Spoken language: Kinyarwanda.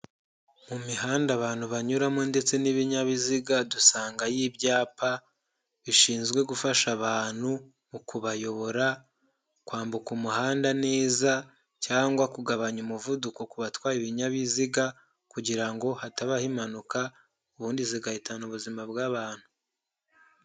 Mu mihanda abantu banyuramo ndetse n'ibinyabiziga dusangayo ibyapa bishinzwe gufasha abantu mu kubayobora, kwambuka umuhanda neza cyangwa kugabanya umuvuduko ku batwaye ibinyabiziga, kugira ngo hatabaho impanuka ubundi zigahitana ubuzima bw'abantu.